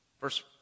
Verse